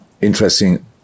interesting